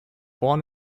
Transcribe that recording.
born